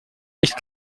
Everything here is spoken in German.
nicht